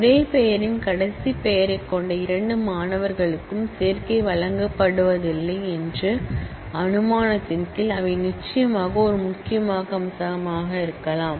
ஒரே பெயரின் கடைசி பெயரைக் கொண்ட இரண்டு மாணவர்களுக்கும் சேர்க்கை வழங்கப்படுவதில்லை என்ற அசம்ப்ஷன் மூலம் அவை நிச்சயமாக ஒரு முக்கிய அம்சமாக இருக்கலாம்